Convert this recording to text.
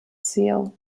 seal